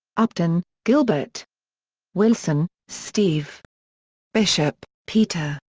upton, gilbert wilson, steve bishop, peter.